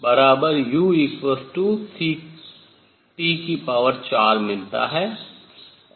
और मुझे duu4dTTucT4 मिलता है